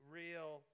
real